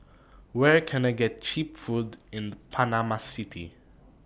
Where Can I get Cheap Food in Panama City